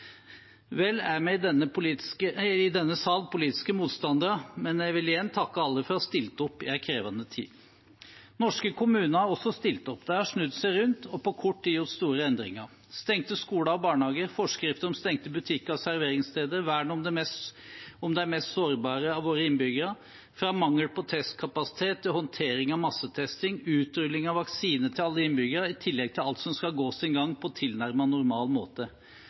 Vel er vi i denne sal politiske motstandere, men jeg vil igjen takke alle for å ha stilt opp i en krevende tid. Norske kommuner har også stilt opp. De har snudd seg rundt og på kort tid gjort store endringer: stengte skoler og barnehager, forskrifter om stengte butikker og serveringssteder, vern om de mest sårbare av våre innbyggere, fra mangel på testkapasitet til håndtering av massetesting og utrulling av vaksine til alle innbyggere – i tillegg til alt som skal gå sin gang på tilnærmet normal måte.